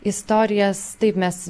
istorijas taip mes